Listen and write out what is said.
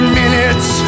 minutes